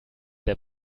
der